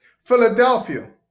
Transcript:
Philadelphia